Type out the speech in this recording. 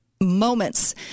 moments